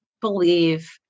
believe